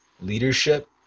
leadership